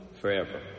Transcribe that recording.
forever